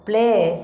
play